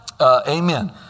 Amen